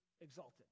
exalted